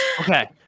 Okay